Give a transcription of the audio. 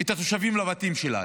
את התושבים לבתים שלהם.